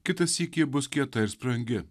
kitą sykį bus kieta ir sprangi